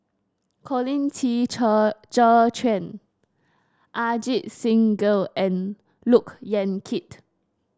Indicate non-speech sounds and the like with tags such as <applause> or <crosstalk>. Colin Qi <unintelligible> Zhe Quan Ajit Singh Gill and Look Yan Kit